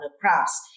crafts